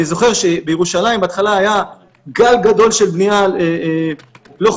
אני זוכר שבירושלים בהתחלה היה גל גדול של בנייה לא חוקית,